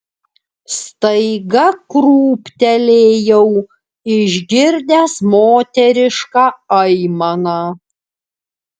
staiga krūptelėjau išgirdęs moterišką aimaną